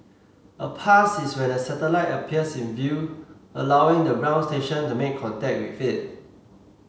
a pass is when the satellite appears in view allowing the ground station to make contact with it